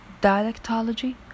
dialectology